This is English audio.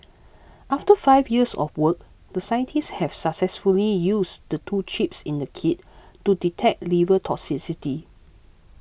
after five years of work the scientists have successfully used the two chips in the kit to detect liver toxicity